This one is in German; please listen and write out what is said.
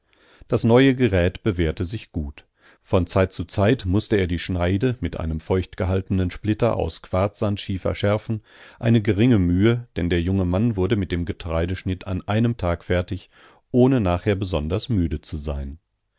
das neue gerät bewährte sich gut von zeit zu zeit mußte er die schneide mit einem feucht gehaltenen splitter aus quarzsandschiefer schärfen eine geringe mühe denn der junge mann wurde mit dem getreideschnitt an einem tag fertig ohne nachher besonders müde zu sein